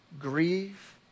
grieve